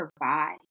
provide